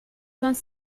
vingt